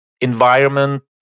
environment